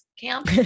camp